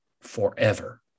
forever